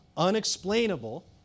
Unexplainable